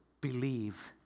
believe